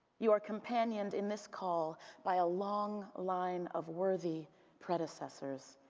you are companioned in this call by a long line of worthy predecessors.